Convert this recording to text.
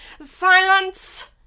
Silence